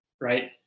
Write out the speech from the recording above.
Right